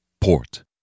Port